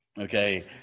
Okay